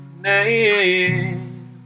name